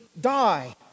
die